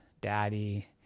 Daddy